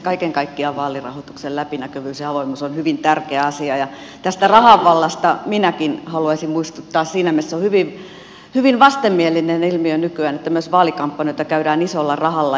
kaiken kaikkiaan vaalirahoituksen läpinäkyvyys ja avoimuus on hyvin tärkeä asia ja tästä rahan vallasta minäkin haluaisin muistuttaa siinä mielessä että se on hyvin vastenmielinen ilmiö nykyään että myös vaalikampanjoita käydään isolla rahalla